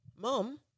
mom